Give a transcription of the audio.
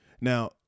Now